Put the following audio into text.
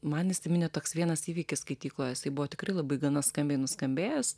man įsiminė toks vienas įvykis skaitykloje jisai buvo tikrai labai gana skambiai nuskambėjęs